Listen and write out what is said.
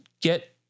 get